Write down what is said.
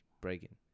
breaking